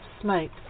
smoke